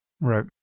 Right